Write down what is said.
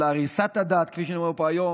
או להריסת הדת, כפי שנאמר פה היום.